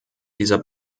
dieser